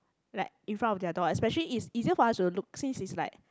like in front of their door especially it's easier for us to look since it's like